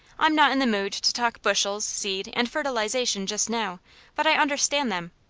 i'm not in the mood to talk bushels, seed, and fertilization just now but i understand them,